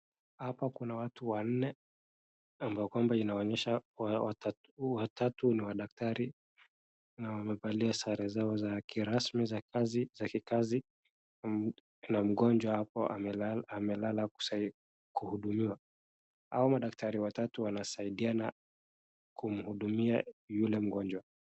Hapa kuna watu wanne ambao kwamba inaonyesha kuwa watatu ni wadaktari na wamevalia sare zao rasmi za hii kazi. Na mgonjwa hapo amelala kuhudumiwa. Hao madaktari watatu wanasaidiana kumhudumia yule mgonjwa.